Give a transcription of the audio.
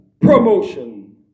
promotion